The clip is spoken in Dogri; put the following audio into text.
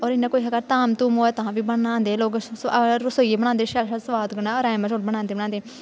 होर इ'यां कुसै घर धाम धूम होए तां बी बनांदे लोक हर रसोइयै बनांदे शैल सोआद राजमाह् चौल बनांदे बनांदे